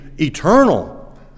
eternal